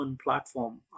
platform